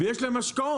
ויש להם השקעות,